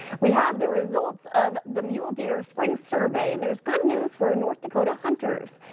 we have the results of the mule deer spring survey. and there's good news for north dakota hunters.